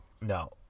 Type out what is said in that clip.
No